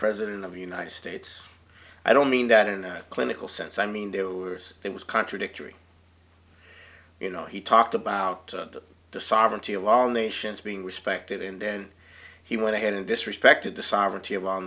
president of united states i don't mean that in a clinical sense i mean there were it was contradictory you know he talked about the sovereignty of all nations being respected and then he went ahead and disrespected the sovereignty of